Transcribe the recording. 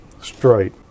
straight